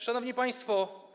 Szanowni Państwo!